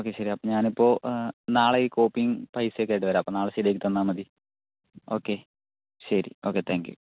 okay ശരി അപ്പോൾ ഞാനിപ്പോൾ നാളെ ഈ കോപ്പി പൈസയും ആയിട്ടൊക്കെ വരാം അപ്പോൾ നാളെ ശെരിയാക്കി തന്നാൽ മതി ഓക്കേ ഓക്കേ ശരി താങ്ക്യു